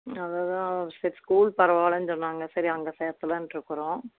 அதுதான் சரி ஸ்கூல் பரவலான்னு சொன்னாங்க சரி அங்கே சேர்க்கலானு இருக்கிறோம்